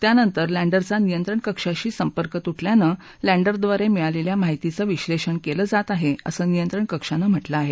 त्यानंतर लँडरचा नियंत्रण कक्षाशी संपर्क तुटल्यानं लँडरद्वारे मिळालेल्या माहितीचं विश्नेषण केलं जात आहे असं नियंत्रण कक्षानं म्हटलं आहे